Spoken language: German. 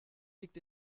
liegt